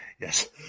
Yes